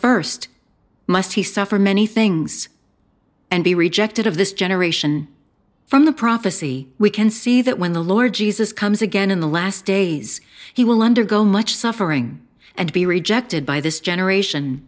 but st must he suffered many things and be rejected of this generation from the prophecy we can see that when the lord jesus comes again in the last days he will undergo much suffering and be rejected by this generation